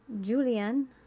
Julian